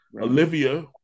Olivia